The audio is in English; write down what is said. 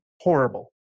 horrible